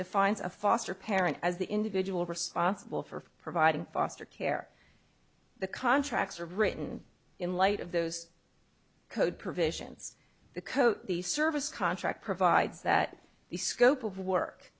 defines a foster parent as the individual responsible for providing foster care the contracts are written in light of those code provisions the code the service contract provides that the scope of